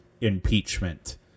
impeachment